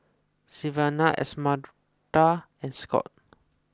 Sylvania Esmeralda and Scott